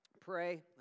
pray